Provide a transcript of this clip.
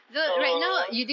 so